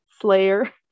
Slayer